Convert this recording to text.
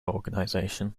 organisation